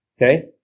Okay